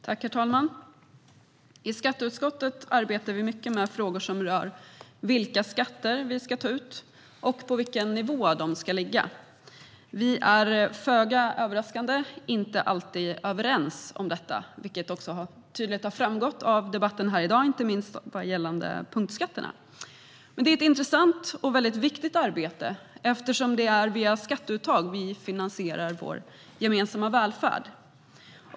Herr talman! I skatteutskottet arbetar vi mycket med frågor som rör vilka skatter vi ska ta ut och på vilken nivå de ska ligga. Vi är, föga överraskande, inte alltid överens om detta, vilket också tydligt har framgått av debatten här i dag, inte minst vad gäller punktskatterna. Men det är ett intressant och väldigt viktigt arbete, eftersom det är via skatteuttag vi finansierar vår gemensamma välfärd.